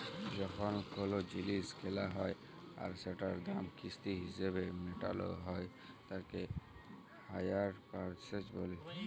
যখন কোলো জিলিস কেলা হ্যয় আর সেটার দাম কিস্তি হিসেবে মেটালো হ্য়য় তাকে হাইয়ার পারচেস বলে